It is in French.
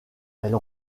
elle